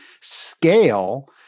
scale